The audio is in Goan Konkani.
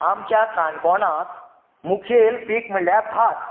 आमच्या काणकोणांत मुखेल पीक म्हणल्यार भात